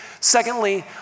Secondly